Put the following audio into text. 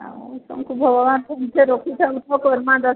ଆଉ ତୁମକୁ ଭଗବାନ ଖୁସିରେ ରଖିଥାଉ କରିବା ଦେଖ